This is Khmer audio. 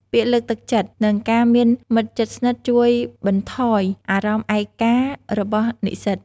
ពាក្យលើកទឹកចិត្ត និងការមានមិត្តជិតស្និទ្ធជួយបន្ថយអារម្មណ៍ឯការបស់និស្សិត។